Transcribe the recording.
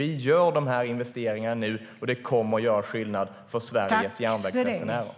Vi gör dessa investeringar nu, och det kommer att göra skillnad för Sveriges järnvägsresenärer.